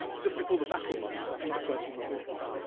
just before the battle, mother is, i think, the first one we did, carl.